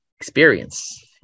experience